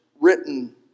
written